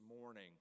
morning